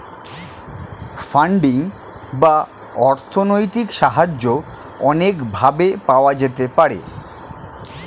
funding বা অর্থনৈতিক সাহায্য অনেক ভাবে পাওয়া যেতে পারে